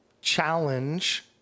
challenge